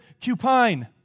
cupine